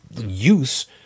use